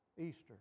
Easter